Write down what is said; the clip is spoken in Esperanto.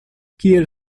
kiel